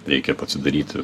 reikia pasidaryti